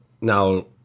Now